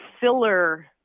filler